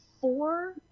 four